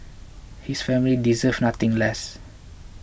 his family deserves nothing less